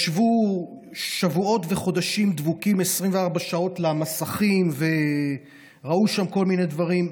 שישבו שבועות וחודשים דבוקים 24 שעות למסכים וראו שם כל מיני דברים.